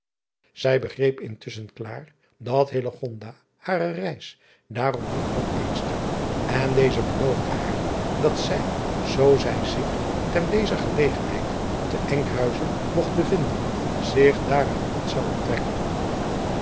ij begreep intusschen klaar dat hare reis daarom niet kon uitstellen en deze beloofde haar dat zij zoo zij zich ter dezer gelegenheid te nkhuizen mogt bevinden zich daaraan niet zou onttrekken